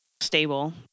stable